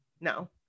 No